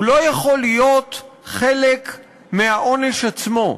הוא לא יכול להיות חלק מהעונש עצמו.